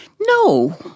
No